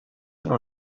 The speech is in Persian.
نوع